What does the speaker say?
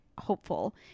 hopeful